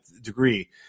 degree